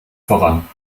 voran